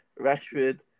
Rashford